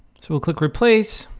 so we'll click replace,